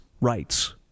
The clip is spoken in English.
rights